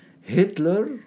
Hitler